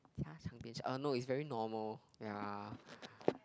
uh no it's very normal ya